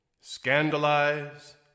scandalize